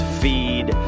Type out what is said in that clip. feed